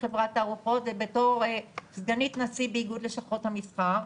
חברת תערוכות ובתור סגנית נשיא באיגוד לשכות המסחר,